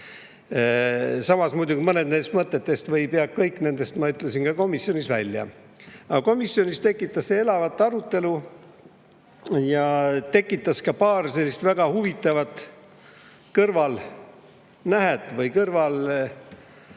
Samas, muidugi mõned nendest mõtetest või pea kõik nendest ma ütlesin ka komisjonis välja. Aga komisjonis tekitas see elavat arutelu ja tekitas ka paar sellist väga huvitavat kõrvalnähet või kõrvaltoimet,